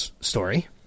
story